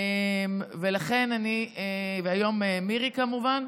לכן אני, והיום מירי, כמובן.